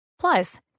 Plus